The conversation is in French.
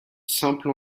simple